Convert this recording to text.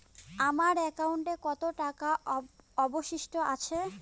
আমার একাউন্টে কত টাকা অবশিষ্ট আছে?